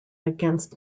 against